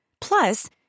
Plus